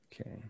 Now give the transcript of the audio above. Okay